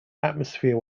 atmosphere